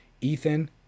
Ethan